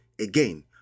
again